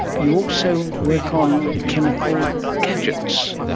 you also work on chemical gadgets.